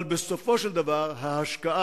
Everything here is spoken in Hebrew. אבל בסופו של דבר ההשקעה